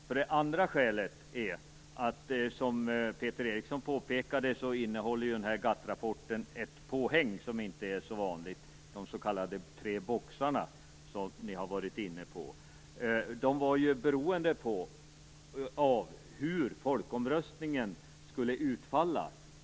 För det andra innehåller GATT-rapporten, som Peter Eriksson påpekade, ett påhäng, vilket inte är så vanligt. Det är de s.k. tre boxarna, som ni har varit inne på. De var ju beroende av hur folkomröstningen skulle utfalla.